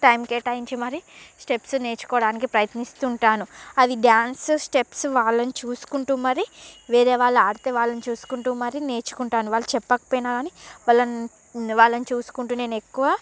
time కేటాయించి మరీ steps నేర్చుకోడానికి ప్రయత్నిస్తూ ఉంటాను అది డ్యాన్స్ స్టెప్స్ వాళ్ళని చూసుకుంటూ మరీ వేరే వాళ్ళు ఆడితే వాళ్ళని చూసుకుంటూ మరీ నేర్చుకుంటాను వాళ్ళు చెప్పకపోయినా గానీ వాళ్ళని వాళ్ళని చూసుకుంటూ నేను ఎక్కువ